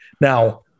Now